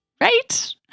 Right